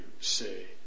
say